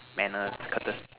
manners